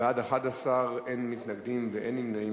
בעד, 11, אין מתנגדים ואין נמנעים.